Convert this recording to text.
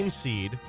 seed